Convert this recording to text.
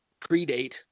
predate